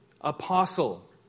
apostle